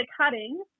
cutting